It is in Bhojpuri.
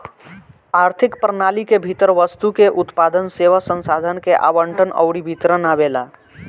आर्थिक प्रणाली के भीतर वस्तु के उत्पादन, सेवा, संसाधन के आवंटन अउरी वितरण आवेला